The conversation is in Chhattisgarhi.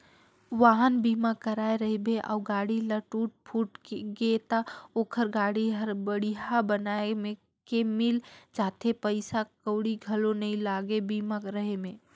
वाहन बीमा कराए रहिबे अउ गाड़ी ल टूट फूट गे त ओखर गाड़ी हर बड़िहा बनाये के मिल जाथे पइसा कउड़ी घलो नइ लागे बीमा रहें में